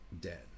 dead